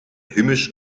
humus